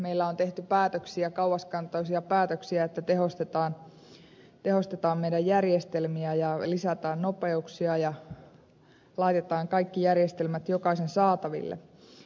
meillä on tehty kauaskantoisia päätöksiä että tehostetaan meidän järjestelmiämme ja lisätään nopeuksia ja laitetaan kaikki järjestelmät jokaisen saataville